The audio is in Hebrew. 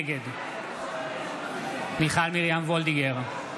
נגד מיכל מרים וולדיגר,